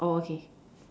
oh okay